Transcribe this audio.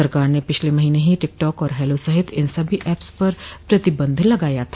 सरकार ने पिछले महीने ही टिक टॉक और हेलो सहित इन सभी एप्स पर प्रतिबंध लगाया था